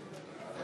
מצביע